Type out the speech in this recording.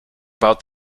about